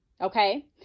Okay